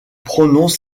prononce